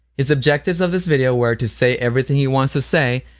his objectives of this video were to say everything he wants to say,